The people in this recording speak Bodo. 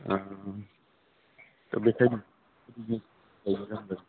दा बेनिखायनो